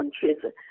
countries